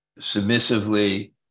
submissively